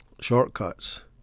shortcuts